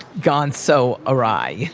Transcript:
gone so awry.